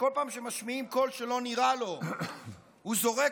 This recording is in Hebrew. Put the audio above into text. שבכל פעם שהם משמיעים קול שלא נראה לו הוא זורק